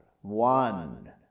One